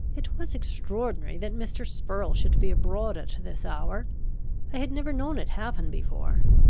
it was extraordinary that mr. spurrel should be abroad at this hour i had never known it happen before.